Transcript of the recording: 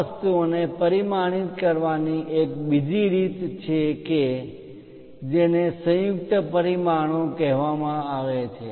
આ વસ્તુઓને પરિમાણિત કરવાની એક બીજી રીત છે જે ને સંયુક્ત પરિમાણો કહેવામાં આવે છે